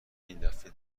ایندفعه